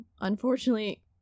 Unfortunately